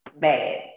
Bad